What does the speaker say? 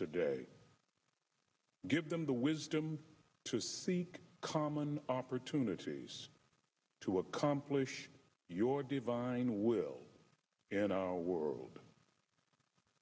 today give them the wisdom to seek common opportunities to accomplish your divine will and world